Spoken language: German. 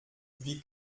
wie